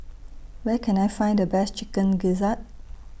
Where Can I Find The Best Chicken Gizzard